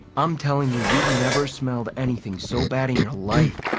i'm telling you, you've never smelled anything so bad in your life!